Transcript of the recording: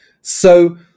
So-